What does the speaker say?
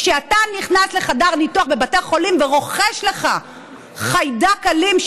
כשאתה נכנס לחדר ניתוח בבתי החולים ורוכש לך חיידק אלים,